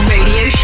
Radio